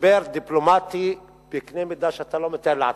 ומשבר דיפלומטי בקנה מידה שאתה לא מתאר לעצמך.